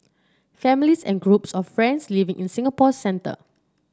families and groups of friends living in Singapore centre